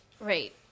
Right